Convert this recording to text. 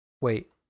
Wait